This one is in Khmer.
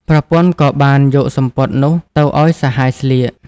ប្រពន្ធក៏បានយកសំពត់នោះទៅឱ្យសហាយស្លៀក។